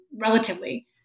relatively